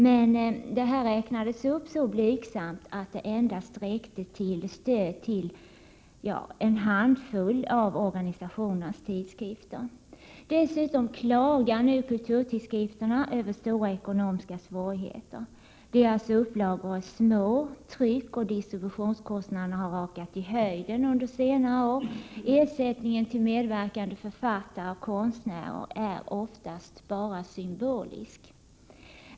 Detta stöd räknades emellertid upp så blygsamt att det endast räckte till stöd till en handfull av organisationernas tidskrifter. Kulturtidskrifterna klagar dessutom över stora ekonomiska svårigheter. Deras upplagor är små. Tryckoch distributionskostnaderna har rakat i höjden under senare år och ersättningen till medverkande författare och konstnärer är oftast bara symbolisk.